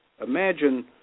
Imagine